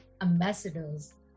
ambassadors